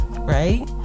Right